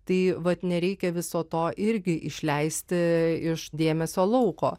tai vat nereikia viso to irgi išleisti iš dėmesio lauko